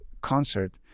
concert